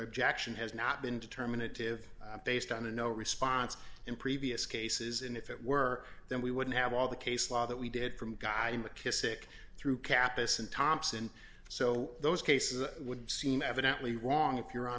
objection has not been determinative based on a no response in previous cases and if it were then we wouldn't have all the case law that we did from guy mckissic through capice and thompson so those cases would seem evidently wrong if your hon